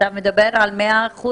אתה מדבר על 100%